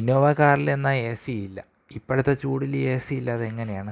Innova കാറിലെന്നാ A സിയില്ല ഇപ്പോഴത്തെ ചൂടില് എ സിയില്ലാതെ എങ്ങനെയാണ്